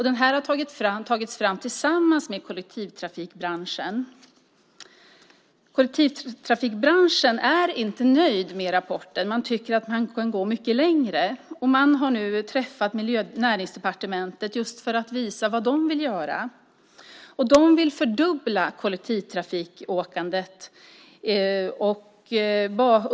Den har tagits fram tillsammans med kollektivtrafikbranschen. Kollektivtrafikbranschen är inte nöjd med rapporten. Man tycker att man kan gå mycket längre. Man har nu träffat Näringsdepartementet just för att visa vad man vill göra. Man vill fördubbla kollektivtrafikåkandet.